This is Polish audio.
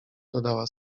dodała